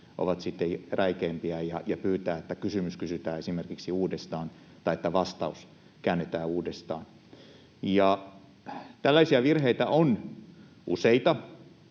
olivat räikeimpiä, ja pyytää, että esimerkiksi kysymys kysytään uudestaan tai vastaus käännetään uudestaan. Tällaisia virheitä on useita,